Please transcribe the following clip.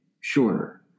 shorter